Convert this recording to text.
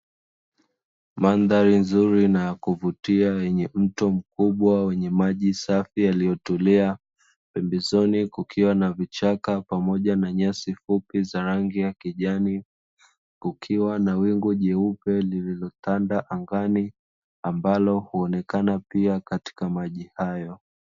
Mandhari nzuri na kuvutia, yenye mto mkubwa wenye maji safi yaliyotulia, pembezoni kukiwa na vichaka pamoja na nyasi fupi za rangi ya kijani, kukiwa na wingu jeupe lililotanda angani, ambalo huonekana pia katika maji hayo.